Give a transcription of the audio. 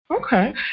Okay